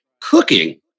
cooking